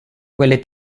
quelle